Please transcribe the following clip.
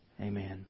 Amen